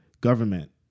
government